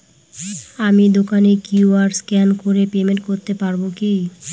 আমি দোকানে QR scan করে পেমেন্ট করতে পারবো কি?